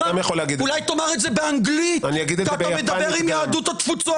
אולי תאמר את זה באנגלית כשאתה מדבר עם יהדות התפוצות.